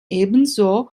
ebenso